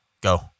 go